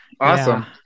awesome